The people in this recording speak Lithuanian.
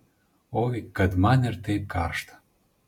oi kad man ir taip karšta